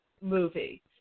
movie